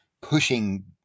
pushing